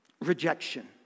rejection